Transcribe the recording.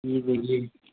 এই দেখি